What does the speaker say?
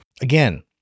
Again